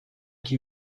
qui